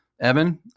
Evan